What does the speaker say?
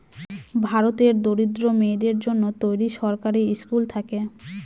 ভারতের দরিদ্র মেয়েদের জন্য তৈরী সরকারি স্কুল থাকে